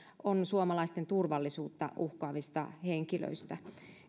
on suomalaisten turvallisuutta uhkaavista henkilöistä